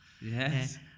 Yes